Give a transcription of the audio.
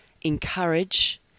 encourage